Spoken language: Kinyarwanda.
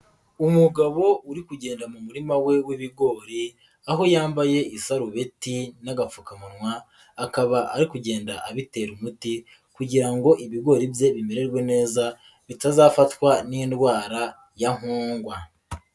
Umugabo uri kugenda mu murima we w'ibigori aho yambaye isarubeti n'agapfukamunwa, akaba ari kugenda abitera umuti kugira ngo ibigori bye bimererwe neza bitazafatwa n'indwara ya nkongwa.